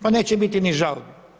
Pa neće biti ni žalbe.